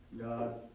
God